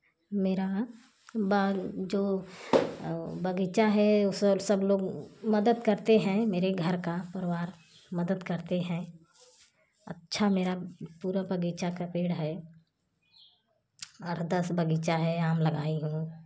मेरा बाग़ जो बगीचा है सब लोग मदद करते हैं मेरे घर का परिवार मदद करते हैं अच्छा मेरा पूरा बगीचा का पेड़ है और दस बगीचा है आम लगाई हूँ